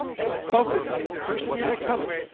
and focus on the person you're becoming,